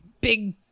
big